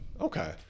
Okay